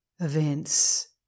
events